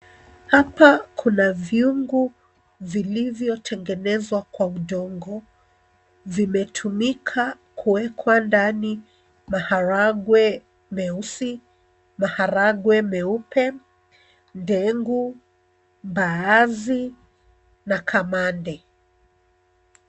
Hapa kuna vyungu vilivyotengenezwa kwa udongo. Vimetumika kuwekwa ndani maharagwe meusi, maharagwe meupe, ndengu, mbaazi na kamande.